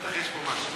בטח יש פה משהו.